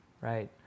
right